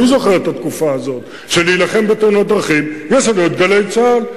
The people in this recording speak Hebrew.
אני זוכר את התקופה הזו שלהילחם בתאונות דרכים יש לנו את "גלי צה"ל",